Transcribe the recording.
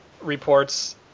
reports